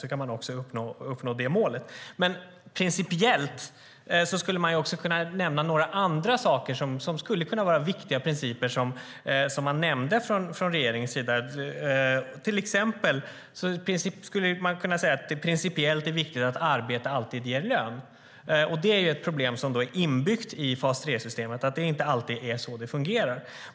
Så kan man också uppnå det målet. Principiellt skulle man från regeringens sida också kunna nämna några andra saker som skulle kunna vara viktiga principer. Till exempel skulle man kunna säga att det principiellt är viktigt att arbete alltid ger lön. Ett problem som är inbyggt i fas 3-systemet är att det inte alltid är så det fungerar.